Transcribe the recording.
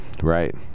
Right